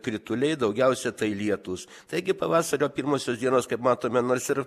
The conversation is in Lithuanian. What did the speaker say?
krituliai daugiausia tai lietūs taigi pavasario pirmosios dienos kaip matome nors ir